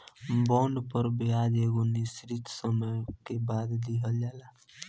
bond पर ब्याज एगो निश्चित समय के बाद दीहल जाला